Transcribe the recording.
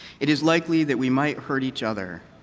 it is likely that we might hurt each other.